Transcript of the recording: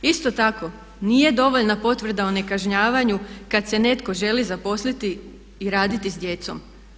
Isto tako nije dovoljna potvrda o nekažnjavanju kad se netko želi zaposliti i raditi s djecom.